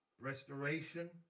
restoration